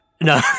No